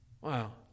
Wow